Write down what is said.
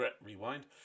rewind